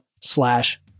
slash